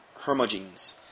Hermogenes